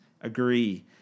agree